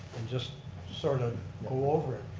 and just sort of go over it.